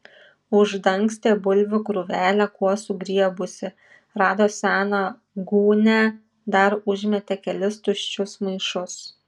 uždangstė bulvių krūvelę kuo sugriebusi rado seną gūnią dar užmetė kelis tuščius maišus